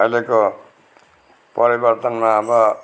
अहिलेको परिवर्तनमा अब